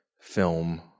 film